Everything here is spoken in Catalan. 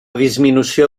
disminució